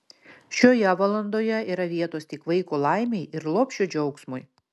šioje valandoje yra vietos tik vaiko laimei ir lopšio džiaugsmui